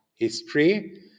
history